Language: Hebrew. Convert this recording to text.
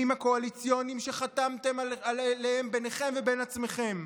הקואליציוניים שחתמתם עליהם ביניכם לבין עצמכם.